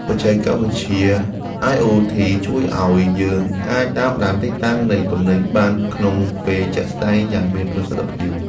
បច្ចេកវិទ្យាអាយអូធីជួយឱ្យយើងអាចតាមដានទីតាំងនៃទំនិញបានក្នុងពេលជាក់ស្តែងយ៉ាងមានប្រសិទ្ធភាព។